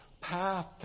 path